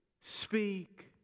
speak